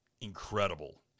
incredible